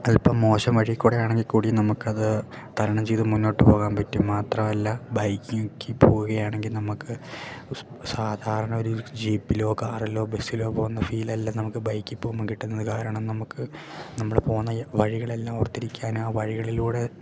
അതിപ്പം മോശം വഴിയിൽക്കൂടി ആണെങ്കിൽക്കൂടി നമുക്കത് തരണം ചെയ്തു മുന്നോട്ട് പോകാമ്പറ്റും മാത്രമല്ല ബൈക്കിൽ പോവുകയാണെങ്കില് നമുക്ക് സാധാരണ ഒരു ജീപ്പിലോ കാറിലോ ബസ്സിലോ പോകുന്ന ഫീലല്ല നമുക്ക് ബൈക്കിൽപ്പോവുമ്പം കിട്ടുന്നതുകാരണം നമുക്ക് നമ്മൾ പോകുന്ന വഴികളെല്ലാം ഓർത്തിരിക്കാൻ ആ വഴികളിലൂടെ